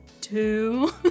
two